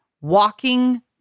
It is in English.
walking